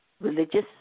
religious